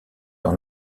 dans